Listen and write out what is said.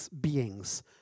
beings